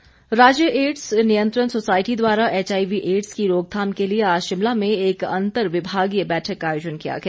बैठक राज्य एड्स नियंत्रण सोसायटी द्वारा एचआईवी एड्स की रोकथाम के लिए आज शिमला में एक अंतर विभागीय बैठक का आयोजन किया गया